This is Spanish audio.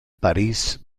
parís